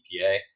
EPA